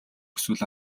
хүсвэл